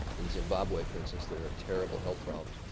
in zimbabwe for instance, there are terrible health problems.